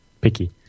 picky